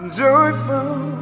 joyful